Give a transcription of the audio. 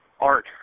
art